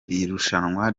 irushanwa